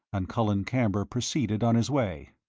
and colin camber proceeded on his way.